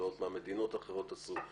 לראות מה מדינות אחרות עושות.